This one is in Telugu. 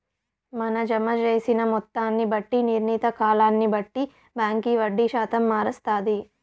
మన జమ జేసిన మొత్తాన్ని బట్టి, నిర్ణీత కాలాన్ని బట్టి బాంకీ వడ్డీ శాతం మారస్తాది